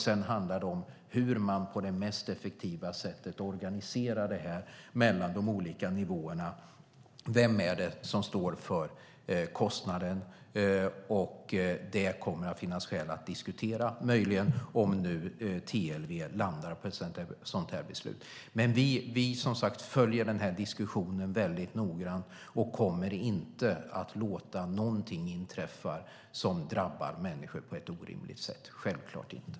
Sedan handlar det om hur man på det mest effektiva sättet organiserar det här mellan de olika nivåerna. Vem står för kostnaden? Det kommer det möjligen att finnas skäl att diskutera om nu TLV landar på ett sådant här beslut. Vi följer som sagt diskussionen väldigt noggrant och kommer inte att låta någonting inträffa som drabbar människor på ett orimligt sätt, självklart inte!